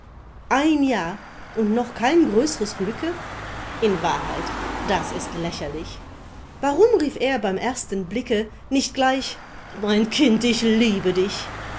ein jahr und noch kein größres glücke in wahrheit das ist lächerlich warum rief er beim ersten blicke nicht gleich mein kind ich liebe dich